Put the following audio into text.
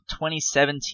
2017